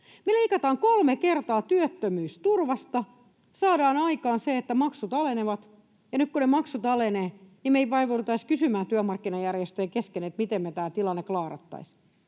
Me leikataan kolme kertaa työttömyysturvasta, saadaan aikaan se, että maksut alenevat, ja nyt kun ne maksut alenevat, niin me ei vaivauduta edes kysymään työmarkkinajärjestöjen kesken, miten me tämä tilanne klaarattaisiin,